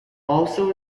also